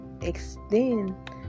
extend